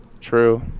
true